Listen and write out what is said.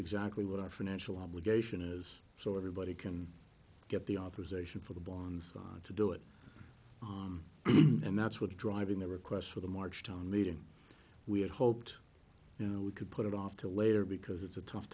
exactly what our financial obligation is so everybody can get the authorization for the bonds to do it and that's what's driving the requests for the march town meeting we had hoped you know we could put it off till later because it's a tough